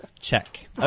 Check